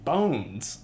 bones